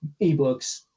eBooks